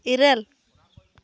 ᱤᱨᱟᱹᱞ